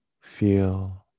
feel